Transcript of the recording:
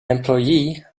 employee